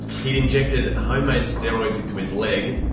he'd injected homemade steroids into his leg,